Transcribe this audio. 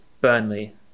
Burnley